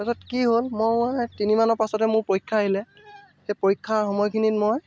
পাছত কি হ'ল মই তিনিদিন মানৰ পাছতেই মোৰ পৰীক্ষা আহিলে সেই পৰীক্ষাৰ সময়খিনিত মই